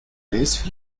نصف